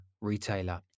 retailer